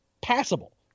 passable